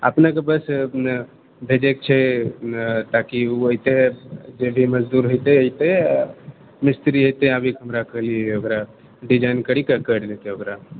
अपनेक बस भेजएके छै ताकि ओ एतय जे भी मजदूर हेतए एतए तऽ मिस्त्री एतए आगेके हमरा कहलिए डिजाइन करिके करि लेतए ओकरा